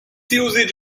usage